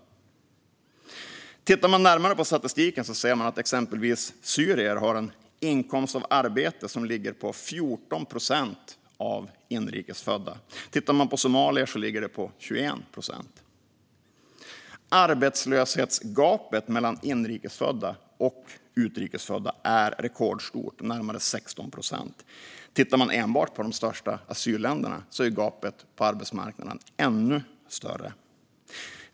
Tittar man närmare på statistiken ser man att exempelvis syrier har en inkomst av arbete som ligger på 14 procent av inrikesföddas. För somalier ligger den på 21 procent. Arbetslöshetsgapet mellan inrikesfödda och utrikesfödda är rekordstort, närmare 16 procent. Tittar man enbart på utrikesfödda från de största asylländerna ser man att gapet är ännu större.